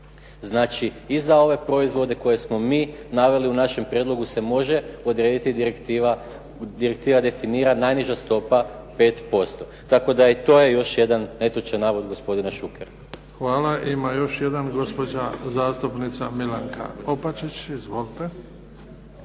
Znači i za ove proizvode koje smo mi naveli u našem prijedlogu se može odrediti direktiva, direktiva definira najniža stopa 5%. Tako da i to je još jedan netočan navod gospodina Šukera. **Bebić, Luka (HDZ)** Hvala. Ima još jedan gospođa zastupnica Milanka Opačić, izvolite.